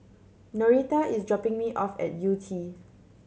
Norita is dropping me off at Yew Tee